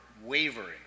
wavering